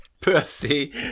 Percy